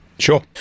sure